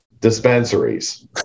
dispensaries